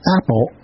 Apple